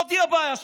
זאת הבעיה שלו.